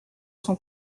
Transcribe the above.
son